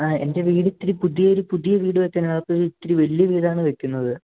ആ എൻ്റെ വീട് ഇത്തിരി പുതിയൊരു പുതിയ വീട് വെക്കണത് അകത്ത് ഇത്തിരി വലിയ വീടാണ് വെക്കുന്നത്